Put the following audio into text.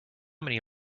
many